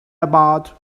about